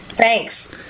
Thanks